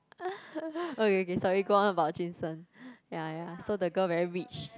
okay K K sorry go on about Jun Sheng ya ya so the girl very rich